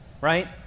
Right